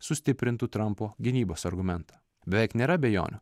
sustiprintų trampo gynybos argumentą beveik nėra abejonių